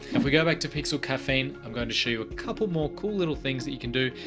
if we go back to pixel caffeine, i'm going to show you a couple more cool little things that you can do,